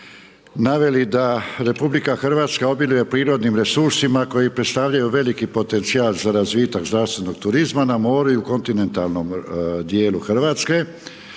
naveli da RH obiluje prirodni resursima koji predstavljaju veliki potencijal za razvitak zdravstvenog turizma na moru i u kontinentalnom djelu Hrvatske